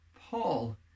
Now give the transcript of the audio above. paul